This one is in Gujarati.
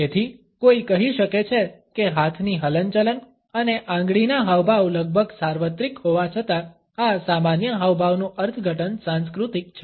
તેથી કોઈ કહી શકે છે કે હાથની હલનચલન અને આંગળીના હાવભાવ લગભગ સાર્વત્રિક હોવા છતાં આ સામાન્ય હાવભાવનું અર્થઘટન સાંસ્કૃતિક છે